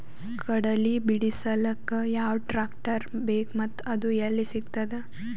ಕಡಲಿ ಬಿಡಿಸಲಕ ಯಾವ ಟ್ರಾಕ್ಟರ್ ಬೇಕ ಮತ್ತ ಅದು ಯಲ್ಲಿ ಸಿಗತದ?